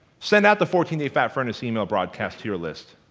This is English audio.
send out the fourteen day fat furnace email broadcast to your list.